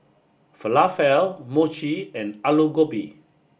Falafel Mochi and Alu Gobi